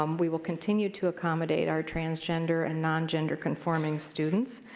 um we will continue to accommodate our transgender and nongender conforming students.